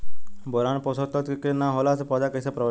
Boron पोषक तत्व के न होला से पौधा कईसे प्रभावित होला?